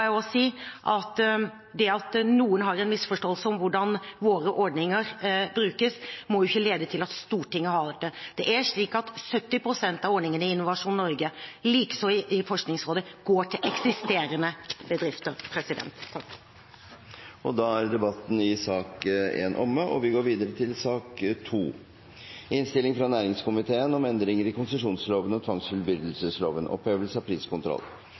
Jeg må også si at det at noen misforstår hvordan våre ordninger brukes, må ikke lede til at Stortinget gjør det. Det er slik at 70 pst. av ordningene i Innovasjon Norge og likeså i Forskningsrådet går til eksisterende bedrifter. Debatten i sak nr. 1 er omme. Etter ønske fra næringskomiteen vil presidenten foreslå at taletiden blir begrenset til 5 minutter til hver partigruppe og 5 minutter til medlem av